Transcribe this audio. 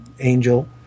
angel